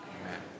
Amen